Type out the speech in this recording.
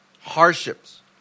hardships